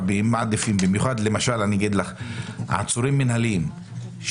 הוא רואה את כל האולם עם